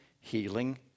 healing